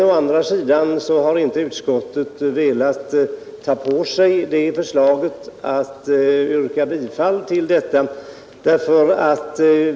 Å andra sidan har utskottet inte velat tillstyrka det förslaget.